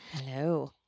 Hello